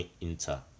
Inter